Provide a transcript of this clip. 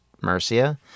Mercia